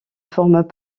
forment